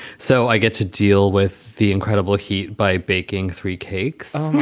so i get to deal with the incredible heat by baking three cakes